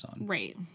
Right